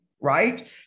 right